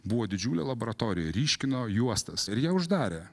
buvo didžiulė laboratorija ryškino juostas ir ją uždarė